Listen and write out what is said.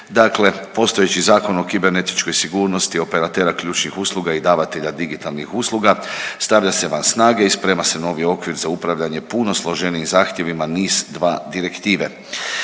dakle postojeći Zakon o kibernetičkoj sigurnosti operatera ključnih usluga i davatelja digitalnih usluga stavlja se van snage i sprema se novi okvir za upravljanje puno složenijim zahtjevima NIS2 Direktive.